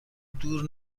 دور